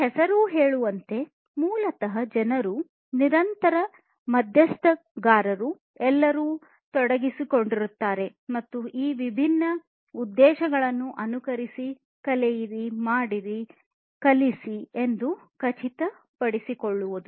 ಈ ಹೆಸರು ಹೇಳುವಂತೆ ಮೂಲತಃ ಜನರು ನಿರಂತರ ಮಧ್ಯಸ್ಥಗಾರರು ಎಲ್ಲರೂ ತೊಡಗಿಸಿಕೊಂಡಿದ್ದಾರೆ ಮತ್ತು ಈ ವಿಭಿನ್ನ ಉದ್ದೇಶಗಳನ್ನು ಅನುಸರಿಸಿ ಕಲಿಯಿರಿ ಮಾಡಿ ಕಲಿಸಿ ಎಂದು ಖಚಿತಪಡಿಸಿಕೊಳ್ಳವುದು